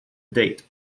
date